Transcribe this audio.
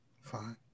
Fine